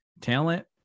talent